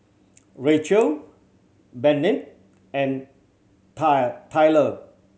Rachael Bennett and Tired Tyler